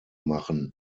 machen